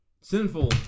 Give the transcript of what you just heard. Sinful